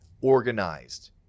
organized